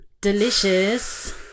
Delicious